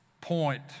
point